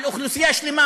על אוכלוסייה שלמה,